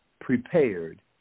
prepared